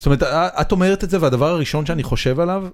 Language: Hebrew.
את אומרת את זה והדבר הראשון שאני חושב עליו.